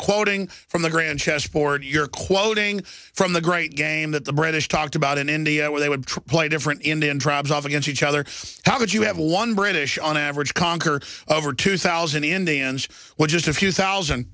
quoting from the grand chessboard you're quoting from the great game that the british talked about in india where they would play different indian tribes off against each other how could you have one british on average conquer over two thousand indians well just a few thousand